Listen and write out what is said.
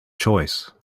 choice